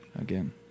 again